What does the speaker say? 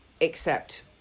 accept